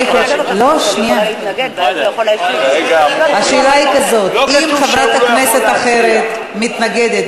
השאלה היא כזאת: אם חברת כנסת אחרת מתנגדת,